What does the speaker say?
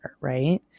right